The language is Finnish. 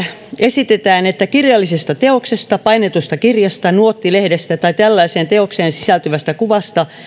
esitetään että kirjallisesta teoksesta painetusta kirjasta nuottilehdestä tai tällaiseen teokseen sisältyvästä kuvasta